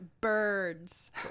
birds